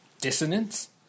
dissonance